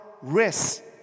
risk